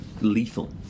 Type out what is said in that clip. lethal